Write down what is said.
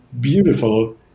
beautiful